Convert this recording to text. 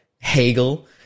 Hegel